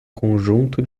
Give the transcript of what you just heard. conjunto